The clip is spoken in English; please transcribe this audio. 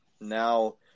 now